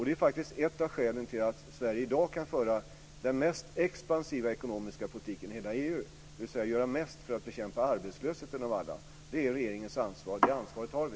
Det är faktiskt ett av skälen till att Sverige i dag kan föra den mest expansiva ekonomiska politiken i hela EU, dvs. att vi kan göra mest för att bekämpa arbetslösheten av alla i Europa. Det är regeringens ansvar, och det ansvaret tar vi.